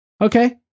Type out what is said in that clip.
Okay